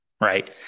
right